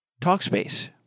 Talkspace